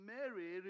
Mary